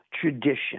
tradition